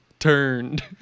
turned